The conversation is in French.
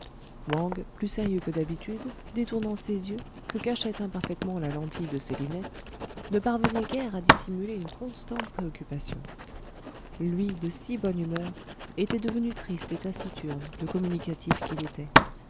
wang plus sérieux que d'habitude détournant ses yeux que cachait imparfaitement la lentille de ses lunettes ne parvenait guère à dissimuler une constante préoccupation lui de si bonne humeur était devenu triste et taciturne de communicatif qu'il était